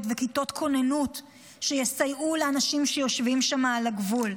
ובכיתות כוננות שיסייעו לאנשים שיושבים שם על הגבול.